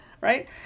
right